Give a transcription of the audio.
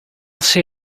see